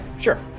sure